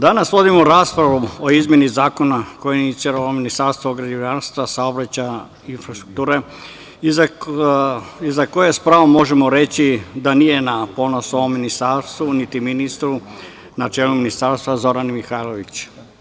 Danas vodimo raspravu o izmeni zakona koju je iniciralo Ministarstvo građevinarstva, saobraćaja i infrastrukture, za koju s pravom možemo reći da nije na ponos ministarstvu, niti ministru na čelu ministarstva, Zorane Mihajlović.